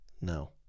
no